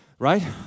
right